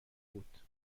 بود